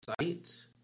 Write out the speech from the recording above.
site